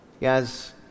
Guys